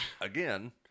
Again